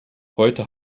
heute